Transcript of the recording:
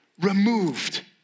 removed